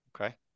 Okay